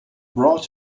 brought